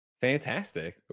Fantastic